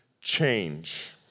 change